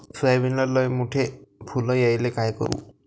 सोयाबीनले लयमोठे फुल यायले काय करू?